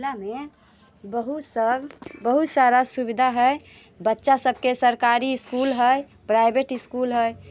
जिलामे बहुत सर बहुत सारा सुविधा हइ बच्चासभके सरकारी इस्कुल हइ प्राइवेट इस्कुल हइ